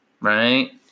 right